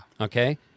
Okay